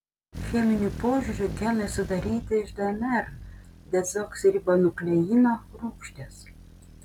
cheminiu požiūriu genai sudaryti iš dnr dezoksiribonukleino rūgšties